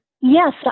Yes